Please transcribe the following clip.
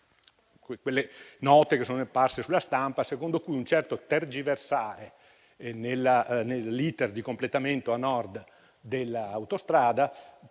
quelle note apparse sulla stampa, secondo cui un certo tergiversare nell'*iter* di completamento a Nord dell'autostrada